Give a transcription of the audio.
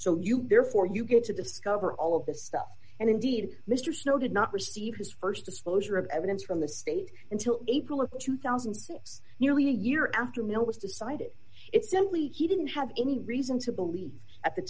so you therefore you get to discover all of this stuff and indeed mr snow did not receive his st exposure of evidence from the state until april of two thousand and six nearly a year after mill was decided it's simply he didn't have any reason to believe at the